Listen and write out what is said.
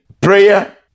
Prayer